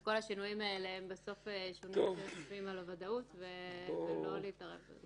כי בכל השינויים האלה בסוף משלמים על הוודאות; לא להתערב בזה.